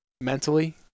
mentally